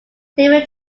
stephen